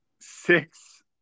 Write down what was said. six